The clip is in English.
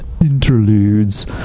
interludes